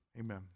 Amen